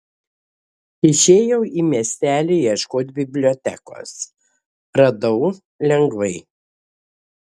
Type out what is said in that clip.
išėjau į miestelį ieškot bibliotekos radau lengvai